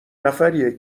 نفریه